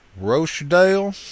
Rochdale